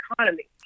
economy